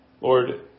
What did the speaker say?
Lord